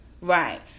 right